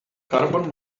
carbon